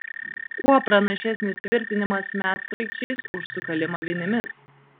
kuo pranašesnis tvirtinimas medsraigčiais už sukalimą vinimis